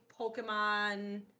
Pokemon